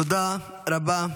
תודה רבה.